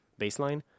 baseline